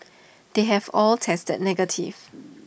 they have all tested negative